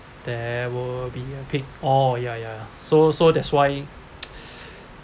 there will be a pick or ya ya so so that's why